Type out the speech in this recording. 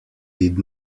did